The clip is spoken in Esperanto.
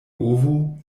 ovo